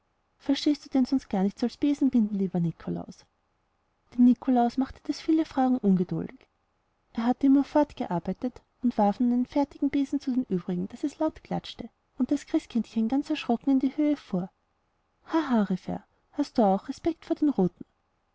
verstehst du denn sonst gar nichts als besen binden lieber nikolaus den nikolaus machte das viele fragen ungeduldig er hatte immer fortgearbeitet und warf nun einen fertigen besen zu den übrigen daß es laut klatschte und das christkindchen ganz erschrocken in die höhe fuhr ha ha rief er hast du auch respekt vor den ruten